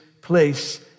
place